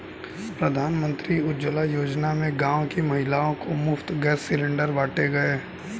प्रधानमंत्री उज्जवला योजना में गांव की महिलाओं को मुफ्त गैस सिलेंडर बांटे गए